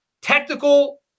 Technical